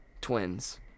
twins